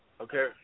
Okay